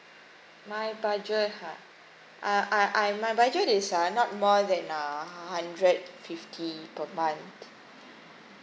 my budget ha uh I I my budget is uh not more than uh hundred fifty per month